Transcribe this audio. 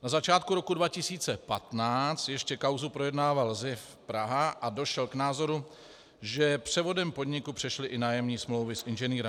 Na začátku roku 2015 ještě kauzu projednával SZIF Praha a došel k názoru, že převodem podniku přešly i nájemní smlouvy z Ing.